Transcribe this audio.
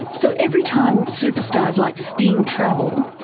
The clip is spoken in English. so every time superstars like sting travel,